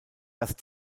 das